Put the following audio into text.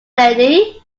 lady